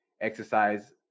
exercise